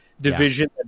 division